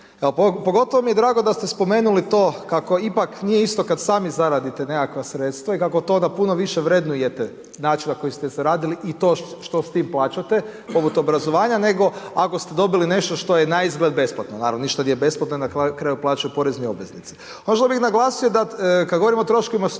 Pogotovo mi je drago što ste spomenuli to kako ipak nije isto kada sami zaradite nekakva sredstva i kako to da puno više vrednujete način na koji ste zaradili i to što s tim plaćate…/Govornik se ne razumije/…,nego ako ste dobili nešto što je naizgled besplatno. Naravno, ništa nije besplatno, na kraju krajeva plaćaju porezni obveznici. Još bih naglasio da, kada govorimo o troškovima